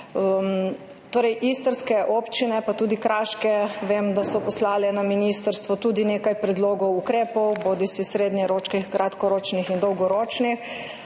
so istrske in tudi kraške občine, poslale na ministrstvo tudi nekaj predlogov ukrepov, bodisi srednjeročnih, kratkoročnih in dolgoročnih.